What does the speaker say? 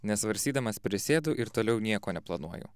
nesvarstydamas prisėdu ir toliau nieko neplanuoju